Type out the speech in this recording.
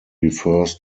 refers